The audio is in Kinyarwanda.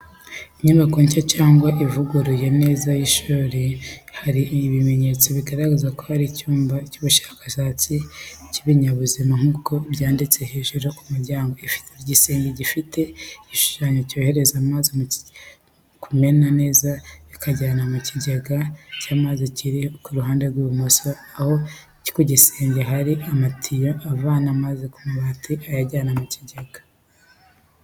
Inyubako nshya cyangwa ivuguruye neza y'ishuri. Hari ibimenyetso bigaragaza ko ari icyumba cy'ubushakashatsi cy'ibinyabuzima nk’uko byanditse hejuru y’umuryango. Ifite igisenge gifite igishushanyo cyorohereza amazi kumena neza kikajyanwa mu cyijyega y’amazi kiri ku ruhande rw’ibumoso, aho ku gisenge hariho amatiyo avana amazi ku mabati ayajyana mu kigega.